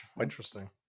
interesting